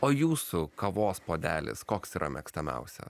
o jūsų kavos puodelis koks yra mėgstamiausia